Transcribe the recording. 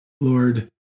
Lord